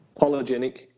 polygenic